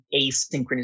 asynchronous